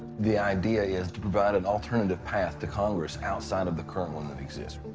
the idea is to provide an alternative path to congress outside of the current one that exists.